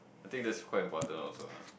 I think that's quite important also lah